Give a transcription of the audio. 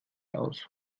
aus